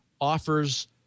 offers